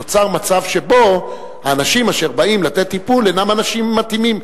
נוצר מצב שבו האנשים אשר באים לתת טיפול אינם אנשים מתאימים.